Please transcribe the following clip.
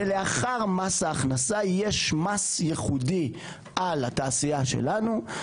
לאחר מס ההכנסה יש מס ייחודי על התעשייה שלנו,